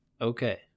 okay